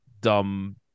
dumb